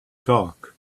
talk